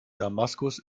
damaskus